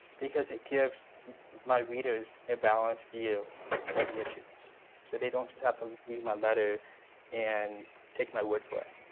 because it gives my readers a balanced view of the issues so they don't just have to read my letter and take my word for it.